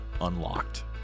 Unlocked